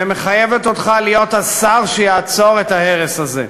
ומחייבת אותך להיות השר שיעצור את ההרס הזה,